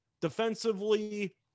defensively